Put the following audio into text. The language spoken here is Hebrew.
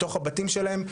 בתוך הבתים שלהם,